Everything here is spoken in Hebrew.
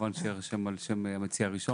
כמובן שהוא יירשם על שם המציע הראשון.